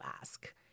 ask